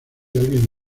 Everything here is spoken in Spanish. alguien